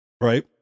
Right